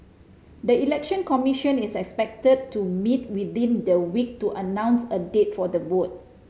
the Election Commission is expected to meet within the week to announce a date for the vote